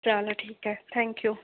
चालेल ठीक आहे थँक्यू